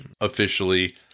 officially